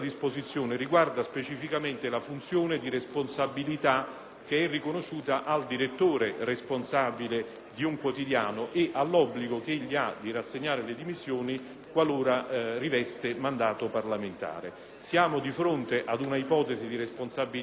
che è riconosciuta al direttore responsabile di un quotidiano e all'obbligo che egli ha di rassegnare le dimissioni qualora rivesta mandato parlamentare. Siamo di fronte ad un'ipotesi di responsabilità completamente diversa, perché è quella che attiene alla vigilanza